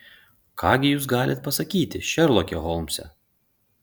ką gi jūs galit pasakyti šerloke holmse